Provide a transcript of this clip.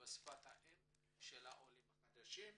בשפת האם של העולים החדשים,